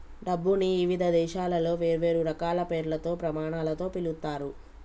డబ్బుని ఇవిధ దేశాలలో వేర్వేరు రకాల పేర్లతో, ప్రమాణాలతో పిలుత్తారు